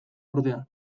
ordea